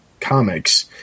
comics